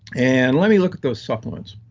and let me look at those supplements.